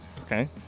okay